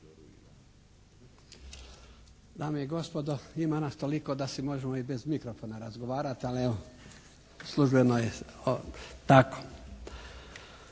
Dame i gospodo, ima nas toliko da se možemo i bez mikrofona razgovarati, ali evo službeno je tako.